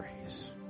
praise